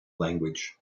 language